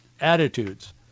attitudes